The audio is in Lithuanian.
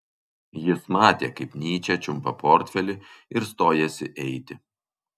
jis matė kaip nyčė čiumpa portfelį ir stojasi eiti